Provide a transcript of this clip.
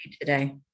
today